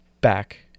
Back